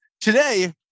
today